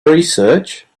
research